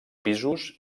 pisos